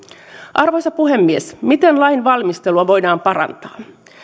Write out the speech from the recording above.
arvoisa puhemies miten lainvalmistelua voidaan parantaa